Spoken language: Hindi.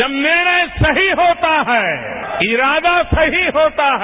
जब निर्णय सही होता है इरादा सही होता है